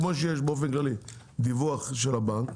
כמו שיש באופן כללי דיווח של הבנק,